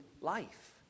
life